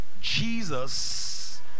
Jesus